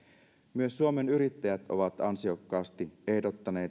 myös suomen yrittäjät on ansiokkaasti ehdottanut